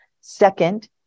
Second